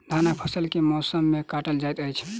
धानक फसल केँ मौसम मे काटल जाइत अछि?